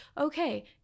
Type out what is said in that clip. okay